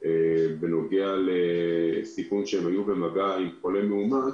בנוגע לסיכוי שהם היו במגע עם חולה מאומת